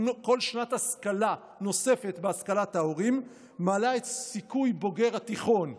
כל שנת השכלה נוספת בהשכלת ההורים מעלה את סיכויי בוגר התיכון ב-20%,